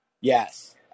yes